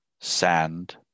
sand